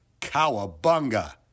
cowabunga